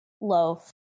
loaf